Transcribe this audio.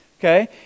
Okay